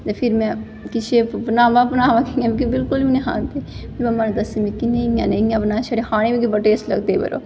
ते फिर में किश बनाना बनाना कियां मिगी बिलकुल बी निं हा आंदा फिर मम्मा ने दस्सेआ मिगी इ'यां निं इ'यां बना छड़े खाने गी मिगी बड़े टेस्ट लगदे पर